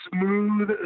smooth